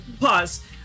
pause